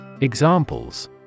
Examples